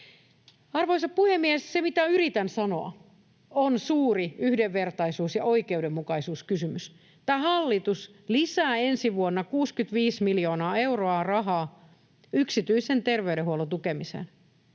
Arvoisa puhemies! Se, mitä yritän sanoa, on suuri yhdenvertaisuus‑ ja oikeudenmukaisuuskysymys. Tämä hallitus lisää ensi vuonna 65 miljoonaa euroa rahaa yksityisen tervey-denhuollon tukemiseen.